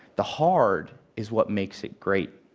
the hard is what makes it great.